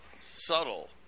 subtle